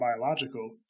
biological